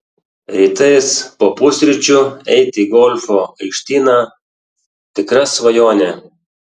rytais po pusryčių eiti į golfo aikštyną tikra svajonė